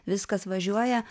viskas važiuoja